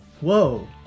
Whoa